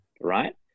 right